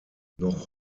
noch